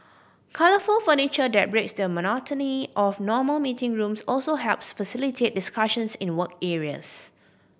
colourful furniture that breaks the monotony of normal meeting rooms also helps facilitate discussions in the work areas